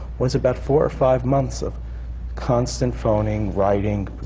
was about four or five months of constant phoning, writing,